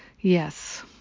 Yes